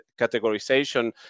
categorization